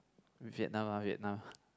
Vietnam ah Vietnam